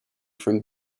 from